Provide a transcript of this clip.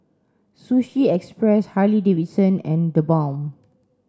Sushi Express Harley Davidson and TheBalm